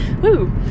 Woo